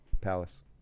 Palace